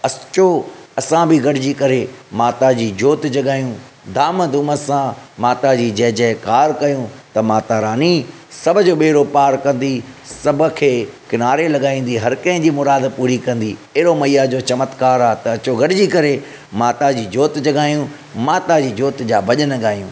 त अचो असां बि गॾिजी करे माता जी जोति जॻाइयूं धाम धूम सां माता जी जय जयकारु कयूं त माता रानी सभु जो बेड़ो पार कंदी सभु खे किनारे लॻाईंदी हर कंहिंजी मुरादु पूरी कंदी अहिड़ो मैया जो चमत्कारु आहे त अचो गॾिजी करे माता जी जोति जॻाइयूं माता जी जोति जा भजन ॻायूं